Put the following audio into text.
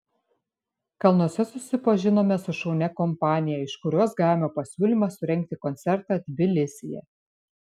kalnuose susipažinome su šaunia kompanija iš kurios gavome pasiūlymą surengti koncertą tbilisyje